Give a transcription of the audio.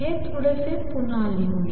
हे थोडेसे पुन्हा लिहूया